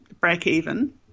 break-even